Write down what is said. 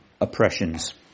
oppressions